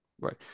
Right